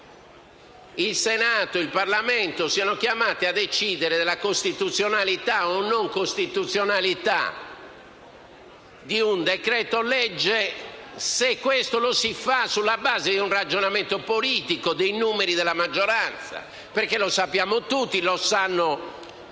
il Senato e il Parlamento siano chiamati a decidere della costituzionalità o meno di un decreto-legge se questo lo si fa sulla base di un ragionamento politico e dei numeri della maggioranza? Lo sappiamo tutti; lo sanno i